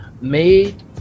made